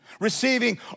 Receiving